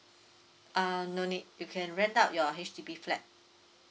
uh don't need you can rent out your H_D_B flat